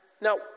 Now